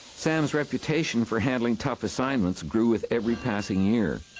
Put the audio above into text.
sam's reputation for handling tough assignments grew with every passing year.